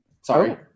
sorry